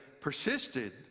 persisted